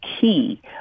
key